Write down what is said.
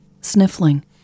sniffling